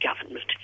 government